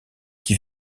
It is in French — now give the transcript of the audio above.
qui